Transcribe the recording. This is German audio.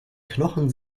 knochen